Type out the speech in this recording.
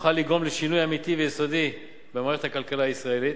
ובכוחן לגרום לשינוי אמיתי ויסודי במערכת הכלכלה הישראלית.